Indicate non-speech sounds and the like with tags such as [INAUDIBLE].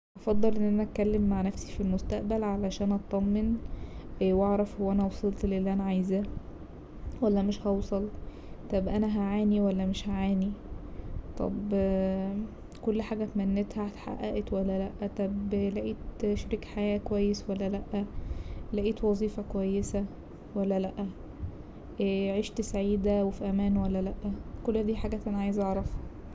هفضل ان انا اتكلم مع نفسي في المستقبل عشان اتطمن واعرف هو انا وصلت للي انا عايزاه ولا مش هوصل طب انا هعاني ولا مش هعاني طب [HESITATION] كل حاجة اتمنيتها اتحققت ولا لا طب لقيت شريك حياة كويس ولا لا لقيت وظيفة كويسة ولا لا [HESITATION] عيشت سعيدة وفي أمان ولا لا كل دي حاجات انا عايزة اعرفها.